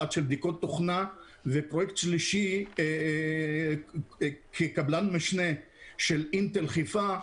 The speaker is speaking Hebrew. אחד של בדיקות תוכנה ופרויקט שלישי כקבלן משנה של אינטל חיפה,